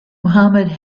muhammad